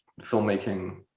filmmaking